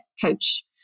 coach